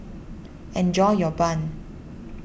enjoy your Bun